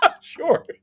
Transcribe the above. Sure